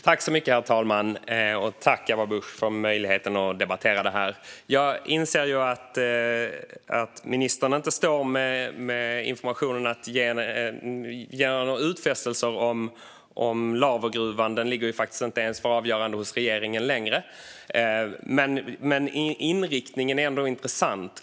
Herr talman! Tack, Ebba Busch, för möjligheten att debattera det här! Jag inser att ministern inte står här med information för att göra några utfästelser om Lavergruvan; den ligger inte ens för avgörande hos regeringen längre. Men jag kan ändå tycka att inriktningen är intressant.